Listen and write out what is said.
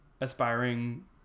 aspiring